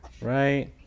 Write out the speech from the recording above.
Right